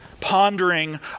pondering